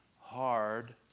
hard